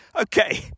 Okay